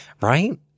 right